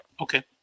Okay